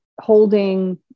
holding